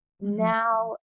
Now